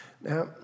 Now